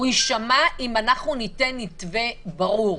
הוא יישמע אם אנחנו ניתן מתווה ברור.